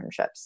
internships